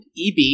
EB